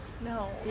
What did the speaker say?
No